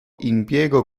impiego